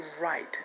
right